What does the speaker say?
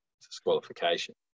disqualification